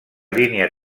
línia